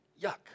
yuck